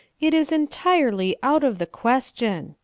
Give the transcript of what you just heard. it is entirely out of the question,